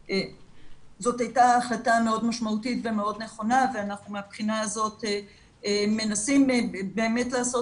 הייתה החלטה מאוד משמעותית ונכונה ואנחנו מהבחינה הזאת מנסים לעשות